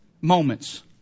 moments